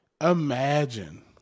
Imagine